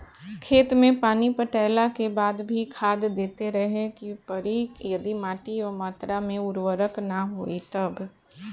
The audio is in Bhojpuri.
खेत मे पानी पटैला के बाद भी खाद देते रहे के पड़ी यदि माटी ओ मात्रा मे उर्वरक ना होई तब?